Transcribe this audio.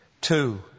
Two